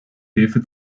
hilfe